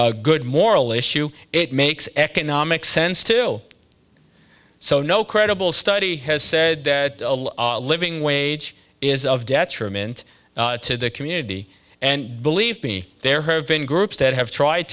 wage good moral issue it makes economic sense to so no credible study has said that living wage is a detriment to the community and believe me there have been groups that have tried